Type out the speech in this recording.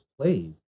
played